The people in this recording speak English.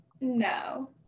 no